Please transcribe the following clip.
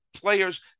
players